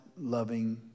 loving